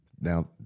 Now